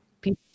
people